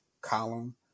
column